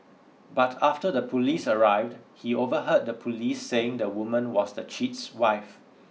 but after the police arrived he overheard the police saying the woman was the cheat's wife